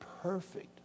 Perfect